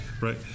right